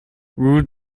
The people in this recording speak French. rue